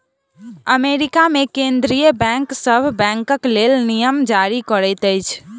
America मे केंद्रीय bank सभ बैंकक लेल नियम जारी करैत अछि